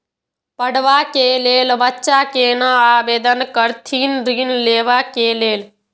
पढ़वा कै लैल बच्चा कैना आवेदन करथिन ऋण लेवा के लेल?